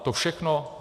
To všechno.